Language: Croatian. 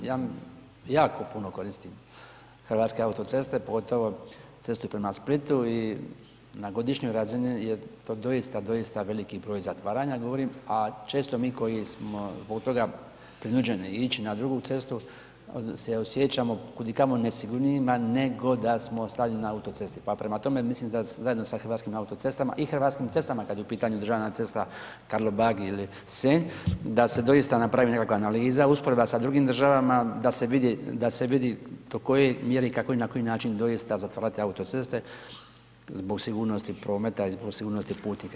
Ja jako puno koristim hrvatske autoceste, pogotovo cestu prema Splitu i na godišnjoj razini je to doista, doista veliki broj zatvaranja govorim, a često mi koji smo zbog toga prinuđeni ić na drugu cestu se osjećamo kud i kamo nesigurnijima nego da smo ostali na autocesti, pa prema tome, mislim da se zajedno sa Hrvatskim autocestama i Hrvatskim cestama kad je u pitanju državna cesta Karlobag ili Senj, da se doista napravi nekakva analiza, usporedba sa drugim državama da se vidi do koje mjere i kako i na koji način doista zatvarati autoceste zbog sigurnosti prometa i zbog sigurnosti putnika.